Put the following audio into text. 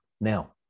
Now